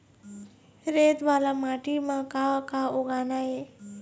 रेत वाला माटी म का का उगाना ये?